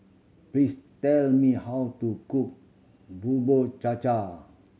please tell me how to cook Bubur Cha Cha